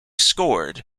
scored